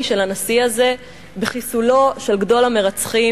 של הנשיא הזה בחיסולו של גדול המרצחים,